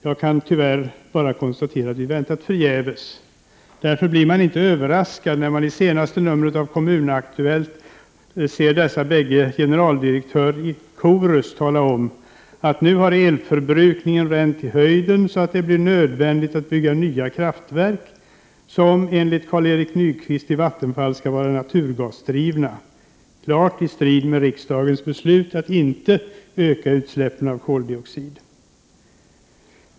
Jag kan tyvärr bara konstatera att vi har väntat förgäves. Därför blir man inte överraskad när man i det senaste numret av Kommunaktuellt kan läsa att båda dessa generaldirektörer i korus talar om att elförbrukningen nu har ränt i höjden så att det blir nödvändigt att bygga nya kraftverk som enligt Carl-Erik Nyquist i Vattenfall skall vara naturgasdrivna. Detta är klart i strid mot riksdagens beslut att inte öka utsläppen av koldioxid.